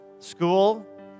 School